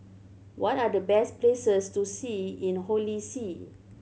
what are the best places to see in Holy See